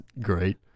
great